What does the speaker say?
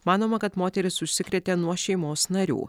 manoma kad moteris užsikrėtė nuo šeimos narių